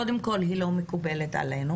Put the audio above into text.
אינה מקובלת עלינו